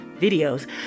videos